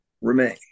remain